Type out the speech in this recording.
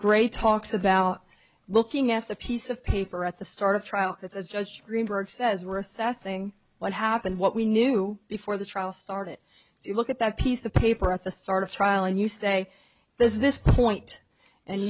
great talks about looking at the piece of paper at the start of trial that as judge greenberg says we're assessing what happened what we knew before the trial started you look at that piece of paper at the start of trial and you say there's this point and